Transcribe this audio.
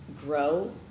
grow